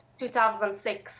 2006